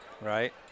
right